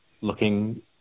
looking